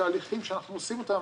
שההליכים שאנחנו עושים אותם,